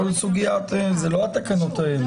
אלה לא התקנות האלה.